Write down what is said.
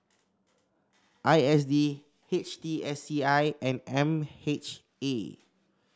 I S D H T S C I and M H A